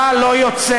צה"ל לא יוצא.